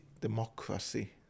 democracy